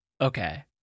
okay